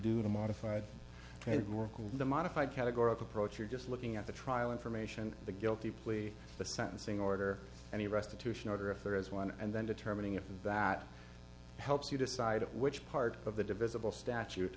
do modified trade work with the modified category of approach you're just looking at the trial information the guilty plea the sentencing order and the restitution order if there is one and then determining if that helps you decide which part of the divisible statute